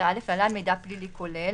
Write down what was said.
ו-11א (להלן, מידע פלילי כולל)